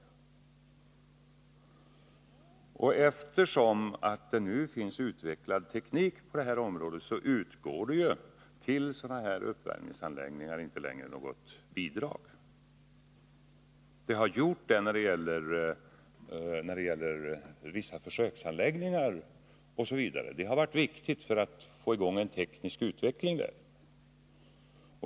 Eftersom det nu finns utvecklad teknik för att elda med ved och flis kommer det inte att utgå något bidrag till sådana uppvärmningsanläggningar — det har gjort det när det gällt försöksanläggningar osv., och det har varit viktigt för att vi skulle kunna få i gång en teknisk utveckling på området.